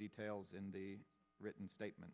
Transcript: details in the written statement